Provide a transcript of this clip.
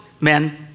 men